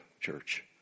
church